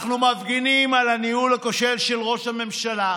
אנחנו מפגינים על הניהול הכושל של ראש הממשלה.